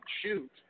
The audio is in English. shoot